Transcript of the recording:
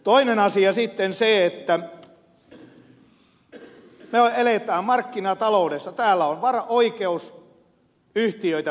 toinen asia on sitten se että me elämme markkinataloudessa täällä on oikeus yhtiöitä perustaa